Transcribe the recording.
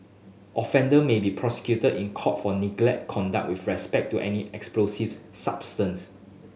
offender may be prosecuted in court for negligent conduct with respect to any explosive substance